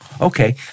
okay